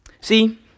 See